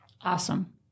Awesome